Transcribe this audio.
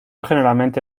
generalmente